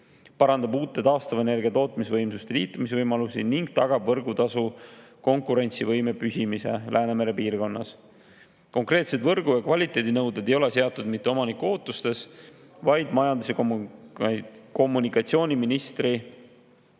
parandab uute taastuvenergia tootmisvõimsuste liitumisvõimalusi ning tagab võrgutasu konkurentsivõime püsimise Läänemere piirkonnas. Konkreetsed võrgu‑ ja kvaliteedinõuded ei ole seatud mitte omaniku ootustes, vaid majandus‑ ja kommunikatsiooniministri